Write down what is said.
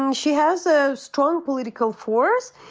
and she has a strong political force,